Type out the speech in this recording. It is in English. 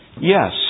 Yes